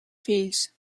fills